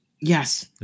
Yes